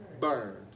burned